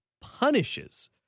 punishes